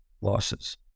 losses